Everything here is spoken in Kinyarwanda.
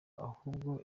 ahubwo